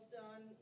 done